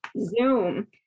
Zoom